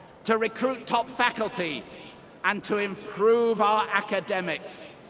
to recruit top faculty and to improve our academics,